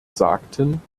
sagten